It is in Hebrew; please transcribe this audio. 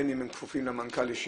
בין אם הם כפופים למנכ"ל ישירות,